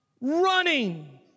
running